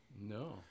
No